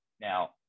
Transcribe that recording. Now